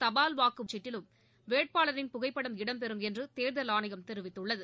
தபால் வாக்கு சீட்டிலும் வேட்பாளரின் புகைப்படம் இடம்பெறும் என்று தேர்தல் ஆணையம் தெரிவித்துள்ளது